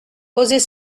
posez